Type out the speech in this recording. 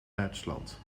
duitsland